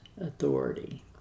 authority